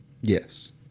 yes